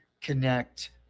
connect